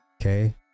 Okay